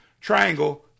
Triangle